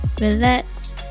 relax